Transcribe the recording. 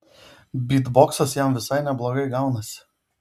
bytboksas jam visai neblogai gaunasi